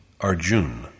Arjun